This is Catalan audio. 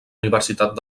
universitat